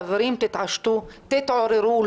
חברים, תתעשתו, תתעוררו.